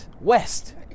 West